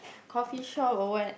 coffeeshop or what